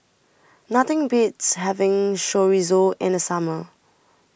Nothing Beats having Chorizo in The Summer